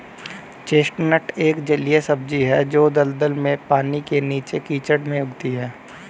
chestnut एक जलीय सब्जी है जो दलदल में, पानी के नीचे, कीचड़ में उगती है